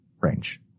range